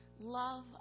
love